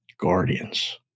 Guardians